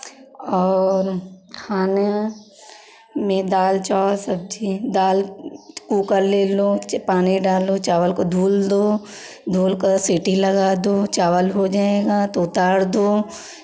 और खाना में दाल चावल सब्जी दाल कूकर ले लो पानी डालो चावल को धुल दो धुलकर सीटी लगा दो चावल हो जाएगा तो उतार दो